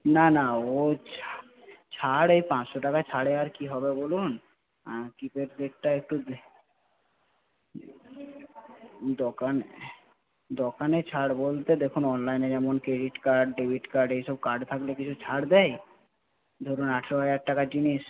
না না ও ছাড়ে পাঁচশো টাকা ছাড়ে আর কি হবে বলুন কি প্যাড সেটটা একটু দোকানে ছাড় বলতে দেখুন অনলাইনে যেমন ক্রেডিট কার্ড ডেবিট কার্ড এইসব কার্ড থাকলে কিছু ছাড় দেয় ধরুন আঠারো হাজার টাকার জিনিস